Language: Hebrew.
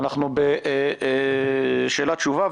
אנחנו בשאלה-תשובה.